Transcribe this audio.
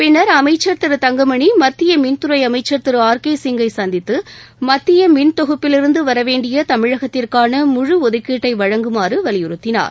பின்னர் அமைச்சர் திரு தங்கமணி மத்திய மின்துறை அமைச்சர் திரு ஆர் கே சிங்கை சந்தித்து மத்திய மின் தொகுப்பிலிருந்து வர வேண்டிய தமிழகத்திற்கான முழு ஒதுக்கீட்டை வழங்குமாறு வலியுறுத்தினார்